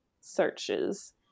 searches